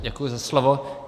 Děkuji za slovo.